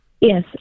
Yes